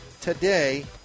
today